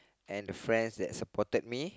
and the friends that supported me